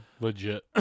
Legit